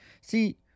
See